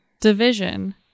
Division